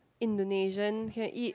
Indonesian you can eat